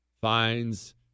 finds